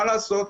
מה לעשות?